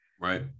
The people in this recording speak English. right